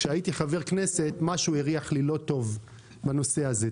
כשהייתי חבר כנסת משהו הריח לי לא טוב בנושא הזה,